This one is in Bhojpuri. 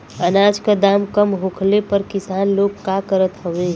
अनाज क दाम कम होखले पर किसान लोग का करत हवे?